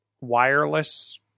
wireless